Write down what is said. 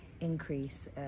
increase